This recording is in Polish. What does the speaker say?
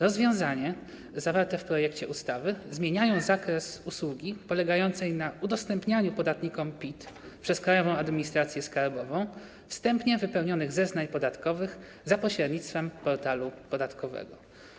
Rozwiązania zawarte w projekcie ustawy zmieniają zakres usługi polegającej na udostępnianiu podatnikom PIT przez Krajową Administrację Skarbową wstępnie wypełnionych zeznań podatkowych za pośrednictwem portalu podatkowego.